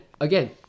again